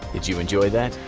did you enjoy that?